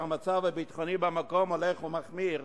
כשהמצב הביטחוני במקום הולך ומחמיר,